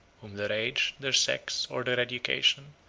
whom their age, their sex, or their education,